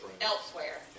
Elsewhere